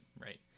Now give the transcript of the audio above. right